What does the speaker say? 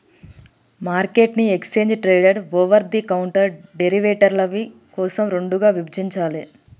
మార్కెట్ను exchange traded, over the counter డెరివేటివ్ల కోసం రెండుగా విభజించాలే